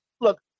look